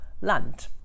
land